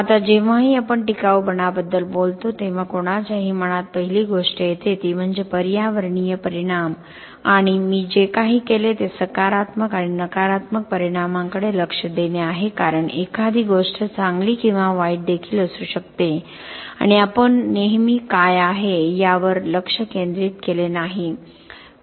आता जेव्हाही आपण टिकाऊपणाबद्दल बोलतो तेव्हा कोणाच्याही मनात पहिली गोष्ट येते ती म्हणजे पर्यावरणीय परिणाम आणि मी जे काही केले ते सकारात्मक आणि नकारात्मक परिणामांकडे लक्ष देणे आहे कारण एखादी गोष्ट चांगली किंवा वाईट देखील असू शकते आणि आपण नेहमी काय आहे यावर लक्ष केंद्रित केले नाही